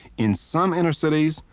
in some inner cities,